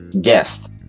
guest